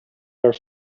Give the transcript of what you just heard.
are